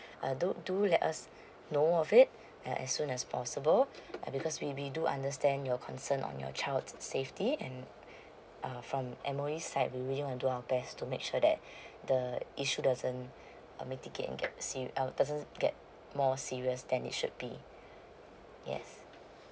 uh do do let us know of it uh as soon as possible because we we do understand your concern on your child's safety and uh from M_O_E side we will do our best to make sure that the issue doesn't uh mitigate and get ser~ uh doesn't get more serious than it should be yes